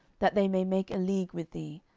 that they may make a league with thee,